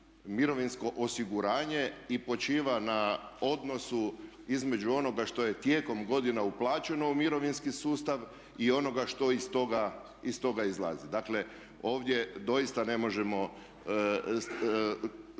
mirovinsko osiguranje i počiva na odnosu između onoga što je tijekom godina uplaćeno u mirovinski sustav i onoga što iz toga izlazi. Dakle, ovdje doista ne možemo